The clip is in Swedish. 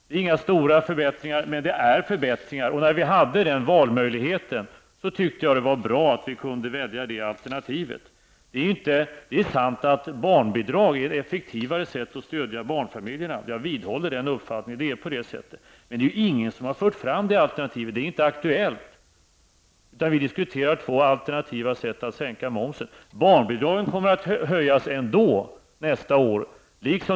Det är inga stora förbättringar, men det är dock en förbättring. När vi stod inför valmöjligheten, tyckte jag att det var bra att vi kunde välja detta alternativ. Det är sant att höjda barnbidrag är ett effektivare sätt att stödja barnfamiljerna. Jag vidhåller den uppfattningen. Det förhåller sig så. Men det är inte någon som har fört fram detta alternativ, så det är inte aktuellt. Vi diskuterar två alternativa sätt att sänka momsen. Barnbidraget kommer ändå att höjas nästa år.